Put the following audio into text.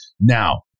Now